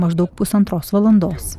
maždaug pusantros valandos